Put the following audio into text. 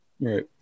Right